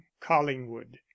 collingwood